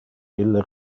ille